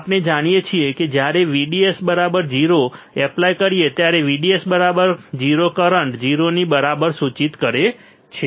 આપણે જાણીએ છીએ કે જ્યારે VDS 0 એપ્લાય કરીએ ત્યારે VDS 0 કરંટ 0 ની બરાબર સૂચિત કરે છે